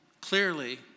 clearly